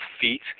feet